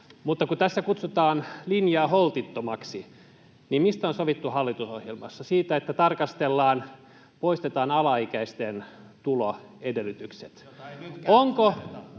Mutta kun tässä kutsutaan linjaa holtittomaksi, niin mistä on sovittu hallitusohjelmassa? Siitä, että poistetaan alaikäisten tuloedellytykset. [Ben